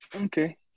Okay